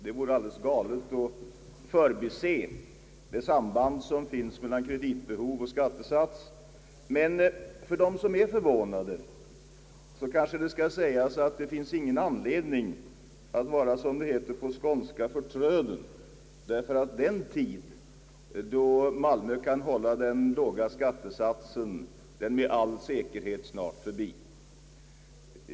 Det vore alldeles galet att förbise det samband, som föreligger mellan kreditbehov och skattesats, men för dem som är förvånade bör det sägas att det inte finns någon anledning att vara, som det heter på skånska, »förtröden», ty den tid då Malmö kan hålla den låga skattesatsen är med all sannolikhet snart förbi.